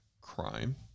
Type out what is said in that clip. crime